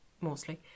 mostly